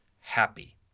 happy